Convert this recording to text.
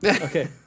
Okay